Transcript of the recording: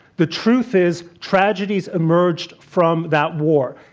the truth is tragedies emerged from that war.